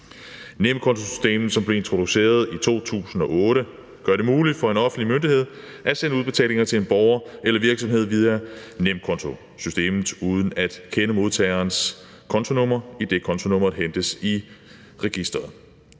Nemkontosystemet, som blev introduceret i 2008, gør det muligt for en offentlig myndighed at sende udbetalinger til en borger eller virksomhed via nemkontosystemet uden at kende modtagerens kontonummer, idet kontonummeret hentes i registeret.